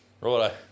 Right